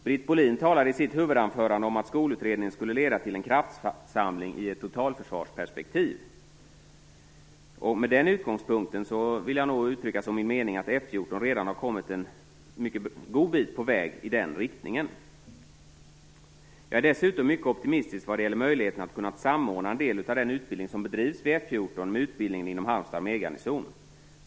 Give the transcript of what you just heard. Britt Bohlin talade i sitt huvudanförande om att skolutredningen skulle leda till en kraftsamling i ett totalförsvarsperspektiv. Jag menar att F 14 redan har kommit en mycket god bit på väg i den riktningen. Jag är dessutom mycket optimistisk vad gäller möjligheterna att samordna en del av den utbildning som bedrivs vid F 14 med utbildningen inom Halmstad armégarnison.